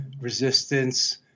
resistance